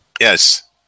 Yes